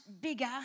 bigger